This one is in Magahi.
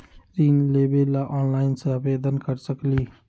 ऋण लेवे ला ऑनलाइन से आवेदन कर सकली?